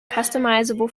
customizable